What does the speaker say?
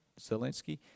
Zelensky